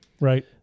Right